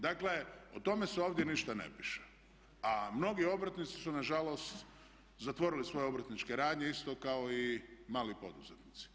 Dakle o tome se ovdje ništa ne piše, a mnogi obrtnici su nažalost zatvorili svoje obrtničke radnje isto kao i mali poduzetnici.